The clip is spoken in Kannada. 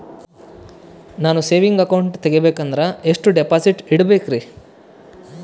ನಾನು ಸೇವಿಂಗ್ ಅಕೌಂಟ್ ತೆಗಿಬೇಕಂದರ ಎಷ್ಟು ಡಿಪಾಸಿಟ್ ಇಡಬೇಕ್ರಿ?